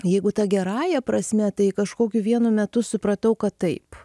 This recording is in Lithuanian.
jeigu ta gerąja prasme tai kažkokiu vienu metu supratau kad taip